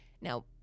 Now